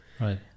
Right